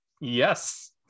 yes